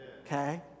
okay